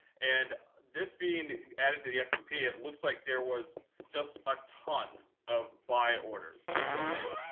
and this being added to the s and p, it looks like there was just a ton of buy orders that go in.